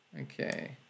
Okay